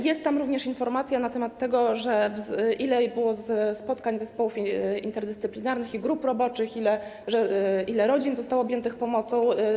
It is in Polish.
Jest tam również informacja na temat tego, ile było spotkań zespołów interdyscyplinarnych i grup roboczych, ile rodzin zostało objętych pomocą.